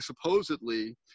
supposedly